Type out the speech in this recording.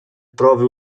prove